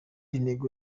intego